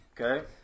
Okay